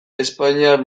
espainiar